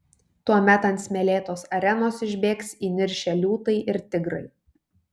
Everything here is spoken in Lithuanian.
tuomet ant smėlėtos arenos išbėgs įniršę liūtai ir tigrai